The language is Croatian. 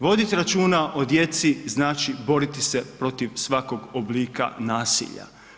Voditi računa o djeci znači boriti se protiv svakog oblika nasilja.